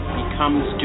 becomes